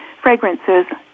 fragrances